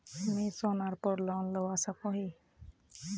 मुई सोनार पोर लोन लुबा सकोहो ही?